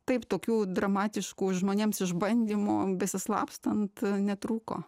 taip tokių dramatiškų žmonėms išbandymų besislapstant netrūko